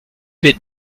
wird